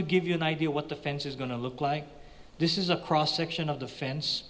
to give you an idea what the fence is going to look like this is a cross section of the fence